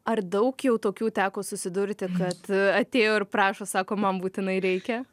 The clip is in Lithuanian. ar daug jau tokių teko susidurti kad atėjo ir prašo sako man būtinai reikia